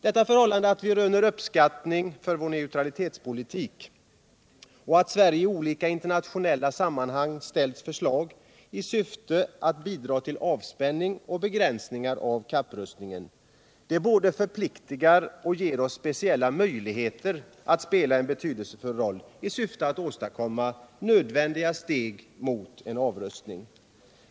Detta förhållande, att vi röner uppskattning för vår neutralitetspolitik och att Sverige i olika internationella sammanhang ställt förslag i syfte att bidra till avspänning och begränsningar av kapprustningen, både förpliktar och ger oss speciella möjligheter att spela en betydelsefull roll för att åstadkomma nödvändiga steg mot en avrustning.